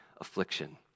Affliction